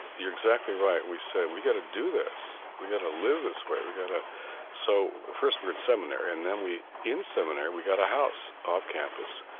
you're exactly right. we say, we got to do this. we got to live this way. we got to so first, we're in seminary. and then we in seminary, we got a house off-campus.